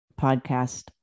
podcast